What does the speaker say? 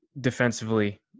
defensively